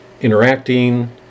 interacting